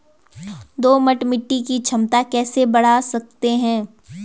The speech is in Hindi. दोमट मिट्टी की क्षमता कैसे बड़ा सकते हैं?